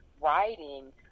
Writing